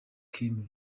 kim